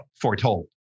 foretold